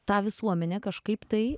tą visuomenę kažkaip tai